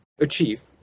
achieve